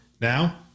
Now